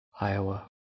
Iowa